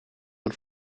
een